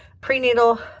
Prenatal